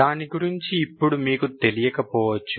దాని గురించి ఇప్పుడు మీకు తెలియకపోవచ్చు